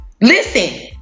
listen